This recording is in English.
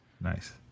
Nice